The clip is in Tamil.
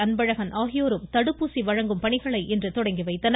அன்பழகன் ஆகியோரும் தடுப்பூசி வழங்கும் பணிகளை இன்று தொடங்கி வைத்தனர்